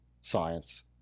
science